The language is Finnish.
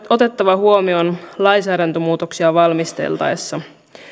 otettava huomioon lainsäädäntömuutoksia valmisteltaessa